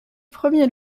premier